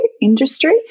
industry